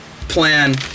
plan